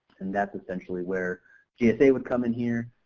and that's essentially where gsa would come in here